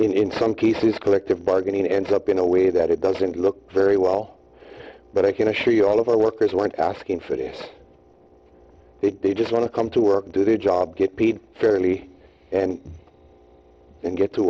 that in some cases collective bargaining ends up in a way that it doesn't look very well but i can assure you all of our workers weren't asking for that they just want to come to work do their job get paid fairly and get to